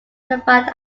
identified